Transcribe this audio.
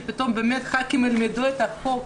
שפתאום חברי הכנסת ילמדו את החוק